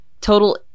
total